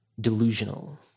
delusional